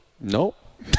Nope